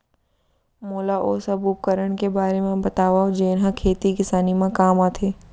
मोला ओ सब उपकरण के बारे म बतावव जेन ह खेती किसानी म काम आथे?